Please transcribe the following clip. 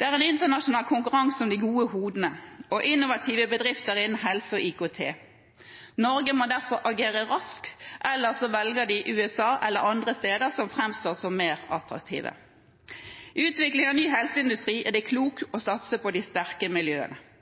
Det er internasjonal konkurranse om de gode hodene og innovative bedrifter innen helse og IKT. Norge må derfor agere raskt, ellers velger de USA eller andre steder som framstår som mer attraktive. For å utvikle ny helseindustri er det klokt å satse på de sterke miljøene.